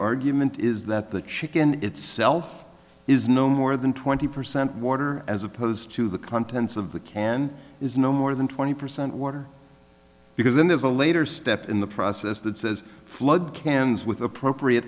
argument is that the chicken itself is no more than twenty percent water as opposed to the contents of the can is no more than twenty percent water because then there's a later step in the process that says flood cans with appropriate